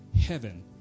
Heaven